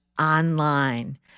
online